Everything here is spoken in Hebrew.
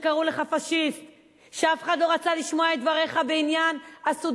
כשקראו לך "פאשיסט"; כשאף אחד לא רצה לשמוע את דבריך בעניין הסודנים.